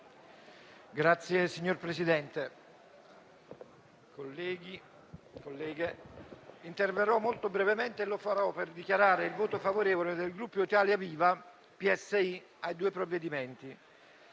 Signor Presidente, colleghi e colleghe, interverrò molto brevemente e lo farò per dichiarare il voto favorevole del Gruppo Italia Viva-PSI ai due provvedimenti: